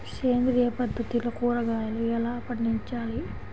సేంద్రియ పద్ధతిలో కూరగాయలు ఎలా పండించాలి?